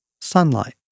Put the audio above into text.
Sunlight